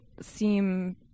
seem